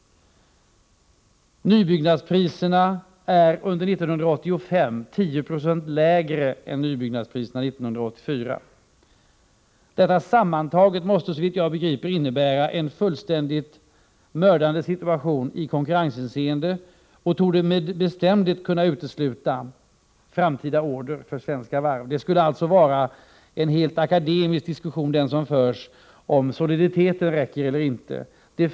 Nybyggnadspriserna under 1985 är 10 90 lägre än nybyggnadspriserna 1984. Detta sammantaget måste, såvitt jag begriper, innebära en fullständigt mördande situation i konkurrenshänseende, och torde med bestämdhet kunna utesluta framtida order för Svenska Varv. Den diskussion som förs, om soliditeten räcker eller inte, skulle alltså vara helt akademisk.